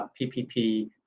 PPP